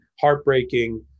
heartbreaking